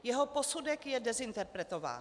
Jeho posudek je dezinterpretován.